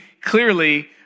clearly